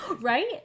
Right